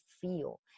feel